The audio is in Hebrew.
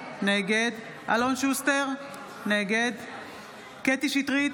נגד אלון שוסטר, נגד קטי קטרין שטרית,